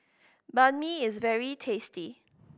Banh Mi is very tasty